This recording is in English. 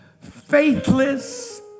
faithless